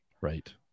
Right